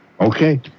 Okay